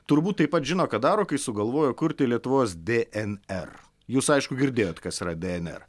turbūt taip pat žino ką daro kai sugalvojo kurti lietuvos dnr jūs aišku girdėjot kas yra dnr